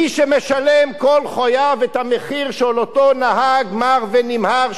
מי שמשלם כל חייו את המחיר של אותו נהג מר ונמהר,